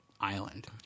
island